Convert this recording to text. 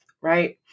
right